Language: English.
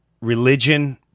religion